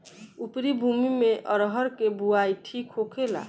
उपरी भूमी में अरहर के बुआई ठीक होखेला?